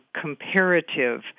comparative